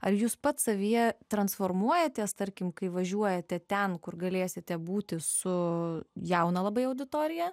ar jūs pats savyje transformuojatės tarkim kai važiuojate ten kur galėsite būti su jauna labai auditorija